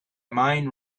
mind